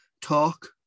talk